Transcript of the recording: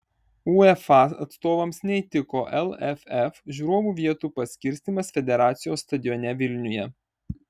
uefa atstovams neįtiko lff žiūrovų vietų paskirstymas federacijos stadione vilniuje